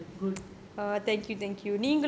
you brought up your kids well good